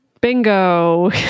Bingo